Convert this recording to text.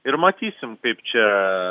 ir matysim kaip čia